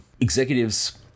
executives